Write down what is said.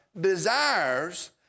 desires